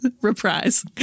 Reprise